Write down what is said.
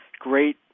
great